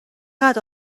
قدر